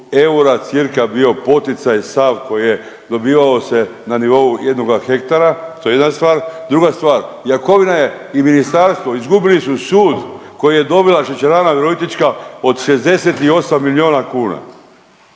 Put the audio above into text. eura cirka bio poticaj sav koji je dobivao se na nivou jednoga hektara, to je jedna stvar. Druga stvar, Jakovina je i ministarstvo izgubili su sud koji je dobila Šećerana Virovitička od 68 milijuna kuna.